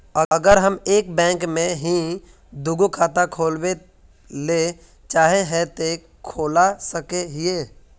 अगर हम एक बैंक में ही दुगो खाता खोलबे ले चाहे है ते खोला सके हिये?